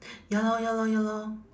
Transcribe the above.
ya lor ya lor ya lor